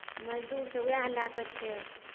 मजदूर तऽ उएह लए कऽ छै